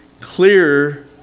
clearer